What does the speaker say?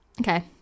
Okay